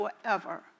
forever